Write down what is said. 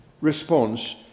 response